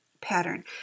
pattern